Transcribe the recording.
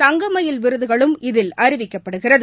தங்கமயில் விருதுகளும் இதில் அறிவிக்கப்படுகிறது